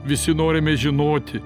visi norime žinoti